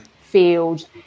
field